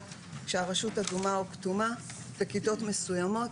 כשהרשות אדומה או כתומה בכיתות מסויימות